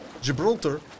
Gibraltar